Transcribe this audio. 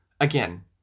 Again